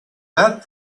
that